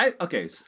Okay